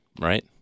right